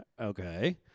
okay